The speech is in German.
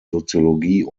soziologie